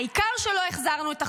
העיקר שלא החזרנו את החטופים.